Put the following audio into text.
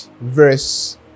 verse